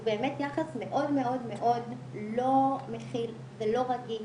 באמת יחס מאוד מאוד מאוד לא מכיל ולא רגיש.